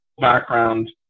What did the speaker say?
background